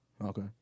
Okay